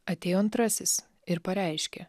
atėjo antrasis ir pareiškė